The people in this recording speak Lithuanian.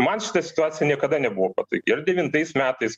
man šita situacija niekada nebuvo patogi ar devintais metais